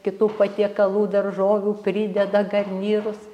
kitų patiekalų daržovių prideda garnyrus